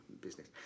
business